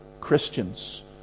Christians